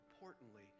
importantly